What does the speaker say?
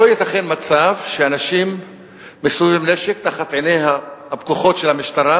לא ייתכן מצב שאנשים מסתובבים עם נשק תחת עיניה הפקוחות של המשטרה,